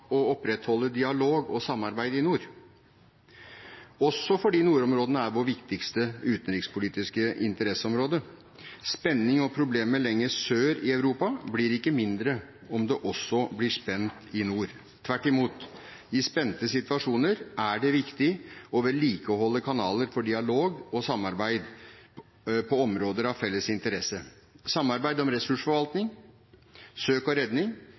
å opprettholde dialog og samarbeid i nord, også fordi nordområdene er vårt viktigste utenrikspolitiske interesseområde. Spenning og problemer lenger sør i Europa blir ikke mindre om det også blir spent i nord. Tvert imot – i spente situasjoner er det viktig å vedlikeholde kanaler for dialog og samarbeid på områder av felles interesse: samarbeid om ressursforvaltning, søk og redning,